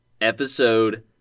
episode